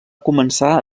començar